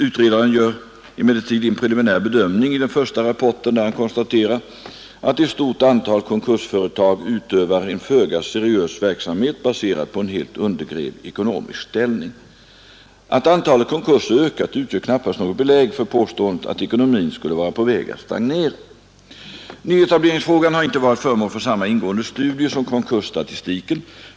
Utredaren gör emellertid en preliminär bedömning i den första rapporten där han konstaterar att ”ett stort antal konkursföretag utövar en föga seriös verksamhet baserad på en helt undergrävd ekonomisk ställning”. Att antalet konkurser ökat utgör knappast något belägg för påståendet att ekonomin skulle vara på väg att stagnera. Nyetableringsfrågan har inte varit föremål för samma ingående studium som konkursstatistiken.